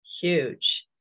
huge